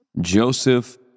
Joseph